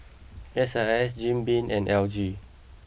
S I S Jim Beam and L G